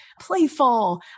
playful